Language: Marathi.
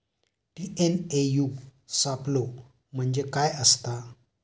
टी.एन.ए.यू सापलो म्हणजे काय असतां?